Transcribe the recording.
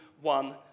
one